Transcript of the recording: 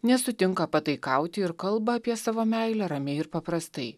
nesutinka pataikauti ir kalba apie savo meilę ramiai ir paprastai